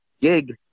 gig